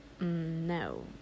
no